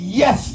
yes